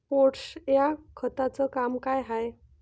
Potash या खताचं काम का हाय?